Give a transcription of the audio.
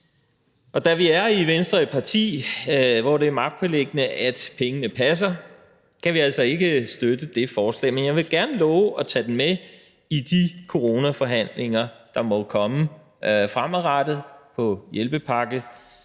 Og da Venstre er et parti, hvor det er magtpåliggende, at pengene passer, kan vi altså ikke støtte det forslag. Men jeg vil gerne love at tage det med i de coronaforhandlinger, der må komme fremadrettet på hjælpepakkeområdet,